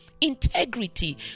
integrity